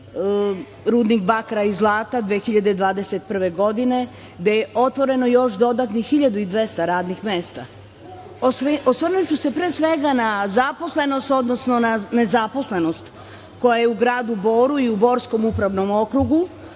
rudnik bakra i zlata „Čukaru Peki“ 2021. godine, gde je otvoreno još dodatnih 1.200 radnih mesta. Osvrnuću se pre svega na zaposlenost, odnosno na nezaposlenost koja je u gradu Boru i Borskom upravnom okrugu.